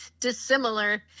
dissimilar